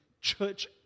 church